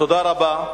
תודה רבה.